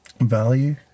value